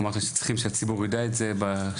אמרת שצריכים שהציבור יידע את זה, ב-4.7,